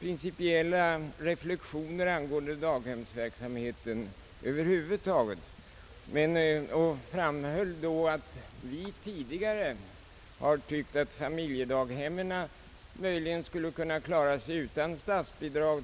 principiella reflexioner angående daghemsverksamheten över huvud taget. Jag framhöll bland annat att vi tidigare har tyckt att familjedaghemmen skulle kunna klara sig utan statsbidrag.